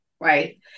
right